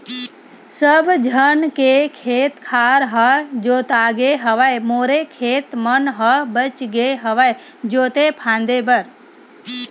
सब झन के खेत खार ह जोतागे हवय मोरे खेत मन ह बचगे हवय जोते फांदे बर